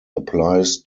applies